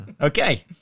Okay